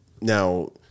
now